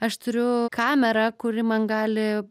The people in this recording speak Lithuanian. aš turiu kamerą kuri man gali